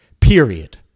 Period